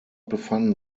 befanden